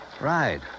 Right